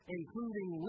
including